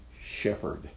shepherd